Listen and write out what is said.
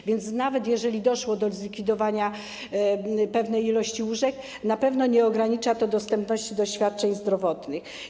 A więc jeżeli nawet doszło do zlikwidowania pewnej ilości łóżek, na pewno nie ogranicza to dostępności do świadczeń zdrowotnych.